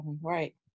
Right